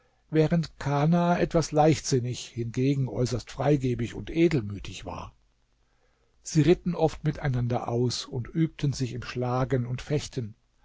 während kana etwas leichtsinnig hingegen äußerst freigebig und edelmütig war sie ritten oft miteinander aus und übten sich im schlagen und fechten